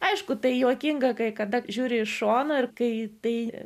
aišku tai juokinga kai kada žiūri į šoną ir kai tai